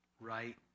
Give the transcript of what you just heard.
right